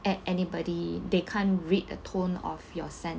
at anybody they can't read the tone of your sentence